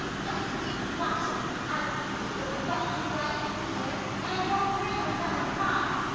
yeah watch this. i will push this button right here and it won't ring when someone calls.